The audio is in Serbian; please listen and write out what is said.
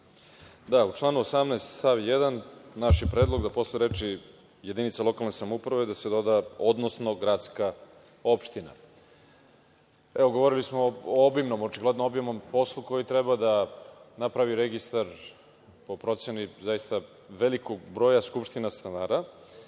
Da, u članu 18. stav 1, naš je predlog da se posle reči „jedinica lokalne samouprave“ doda „odnosno gradska opština“.Evo, govorili smo o obimnom, očigledno obimnom poslu koji treba da napravi registar po proceni zaista velikog broja skupština stanara.